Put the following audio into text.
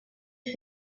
fet